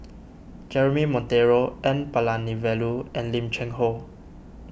Jeremy Monteiro N Palanivelu and Lim Cheng Hoe